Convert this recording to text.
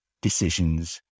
Decisions